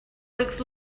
looks